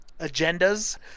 Agendas